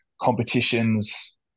competitions